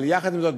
אבל יחד עם זאת,